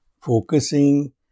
focusing